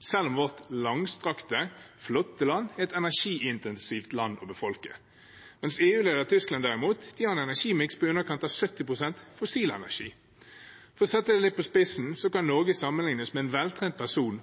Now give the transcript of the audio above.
selv om vårt langstrakte, flotte land er et energiintensivt land å befolke, mens EU-leder Tyskland derimot har en energimiks på i underkant av 70 pst. fossil energi. For å sette det litt på spissen: Norge kan sammenlignes med en veltrent og aktiv person